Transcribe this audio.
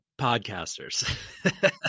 podcasters